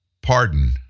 pardon